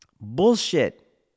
Bullshit